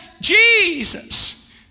Jesus